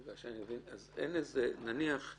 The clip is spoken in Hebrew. האם ברירת המחדל זה